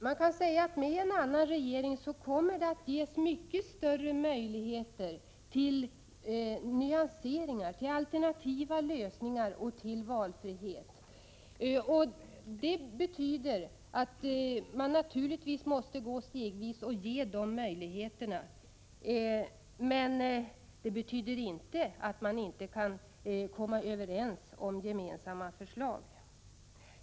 Man kan säga att det med en annan regering ges mycket större möjligheter till nyanseringar, alternativa lösningar och valfrihet. Detta betyder givetvis att man måste gå stegvis till väga, men det innebär inte att man inte kan komma överens om gemensamma förslag.